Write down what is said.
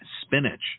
spinach